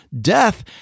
death